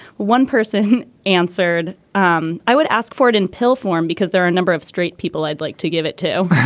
one person answered um i would ask for it in pill form because there are a number of straight people i'd like to give it to.